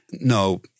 no